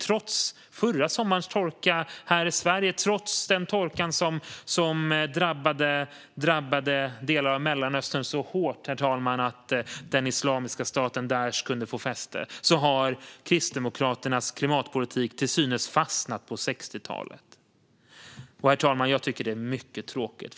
Trots förra sommarens torka här i Sverige och trots den torka som drabbade delar av Mellanöstern så hårt att Islamiska staten, eller Daish, kunde få fäste har Kristdemokraternas klimatpolitik till synes fastnat på 60-talet. Herr talman! Jag tycker att det är mycket tråkigt.